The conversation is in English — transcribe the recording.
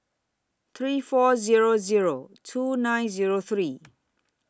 three four Zero Zero two nine Zero three